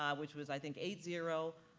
um which was i think, eight zero.